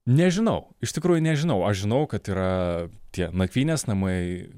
nežinau iš tikrųjų nežinau aš žinau kad yra tie nakvynės namai